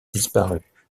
disparue